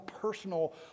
personal